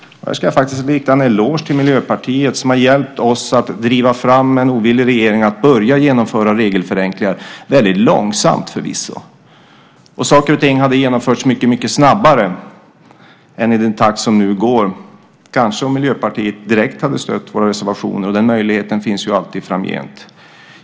Här ska jag faktiskt rikta en eloge till Miljöpartiet, som har hjälpt oss att driva en ovillig regering att börja genomföra regelförenklingar - väldigt långsamt, förvisso. Saker och ting hade kanske genomförts mycket snabbare om Miljöpartiet direkt hade stött våra reservationer, och den möjligheten finns ju alltid framgent.